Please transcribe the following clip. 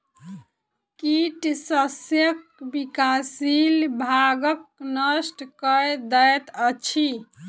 कीट शस्यक विकासशील भागक नष्ट कय दैत अछि